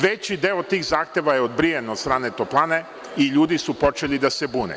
Veći deo tih zahteva je odbijen od strane toplane i ljudi su počeli da se bune.